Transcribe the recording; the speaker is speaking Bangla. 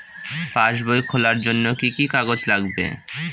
পাসবই খোলার জন্য কি কি কাগজ লাগবে?